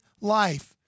life